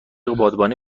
بادبانی